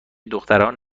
دختران